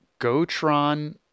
Gotron